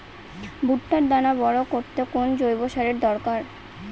ভুট্টার দানা বড় করতে কোন জৈব সারের দরকার?